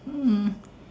mm